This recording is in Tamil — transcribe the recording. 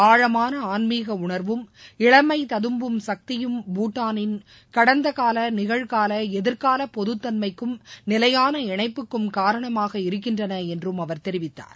ஆழமான ஆன்மீக உணர்வும் இளமை ததும்பும் சக்தியும் பூட்டானின் கடந்தகால நிகழ்கால எதிர்கால பொதுத்தன்மக்கும் நிலையான இணைப்புக்கும் காரணமாக இருக்கின்றன என்றும் அவர் தெரிவித்தார்